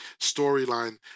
storyline